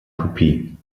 kopie